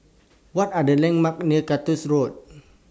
What Are The landmarks near Cactus Road